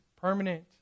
permanent